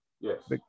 yes